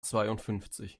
zweiundfünfzig